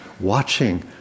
watching